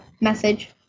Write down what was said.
message